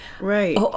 right